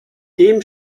dem